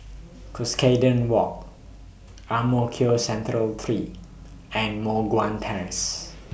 Cuscaden Walk Ang Mo Kio Central three and Moh Guan Terrace